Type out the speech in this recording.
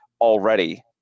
already